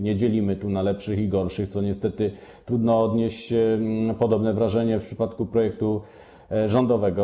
Nie dzielimy tu na lepszych i gorszych, a niestety trudno odnieść podobne wrażenie w przypadku projektu rządowego.